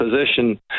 position